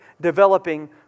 developing